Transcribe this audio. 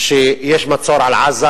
שיש מצור על עזה,